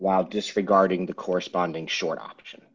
while disregarding the corresponding short option